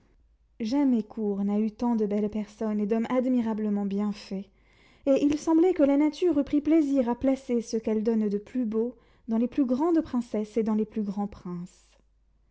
jamais cour n'a eu tant de belles personnes et d'hommes admirablement bien faits et il semblait que la nature eût pris plaisir à placer ce qu'elle donne de plus beau dans les plus grandes princesses et dans les plus grands princes